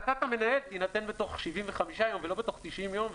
החלטת המנהל תינתן בתוך 75 יום ולא בתוך 90 יום.